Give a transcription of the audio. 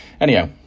Anyhow